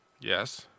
Yes